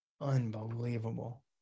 unbelievable